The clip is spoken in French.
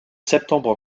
septembre